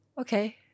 Okay